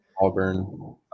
Auburn